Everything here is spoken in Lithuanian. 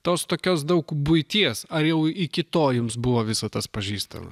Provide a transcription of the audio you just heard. tos tokios daug buities ar jau iki to jums buvo visa tas pažįstama